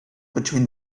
between